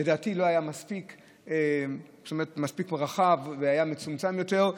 לדעתי לא היה מספיק רחב והיה מצומצם יותר,